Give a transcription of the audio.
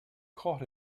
caught